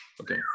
Okay